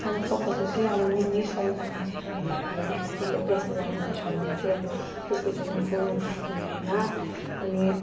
खाना पकाउँदा चाहिँ अब मेनली सावधानी चाहिँ हामीले अब ग्यासतिर ग्यासमा बनाउन छ भने चाहिँ अब त्यसको छेउमा फोनहरू राख्नु भएन अनि